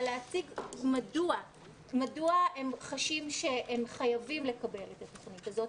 להציג מדוע הם חשים שהם חייבים לקבל את התוכנית הזאת,